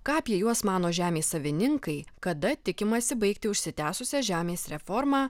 ką apie juos mano žemės savininkai kada tikimasi baigti užsitęsusią žemės reformą